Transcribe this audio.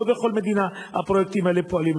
לא בכל מדינה הפרויקטים האלה פועלים,